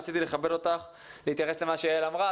רציתי לכבד אותך ולהתייחס למה שיעל אמרה,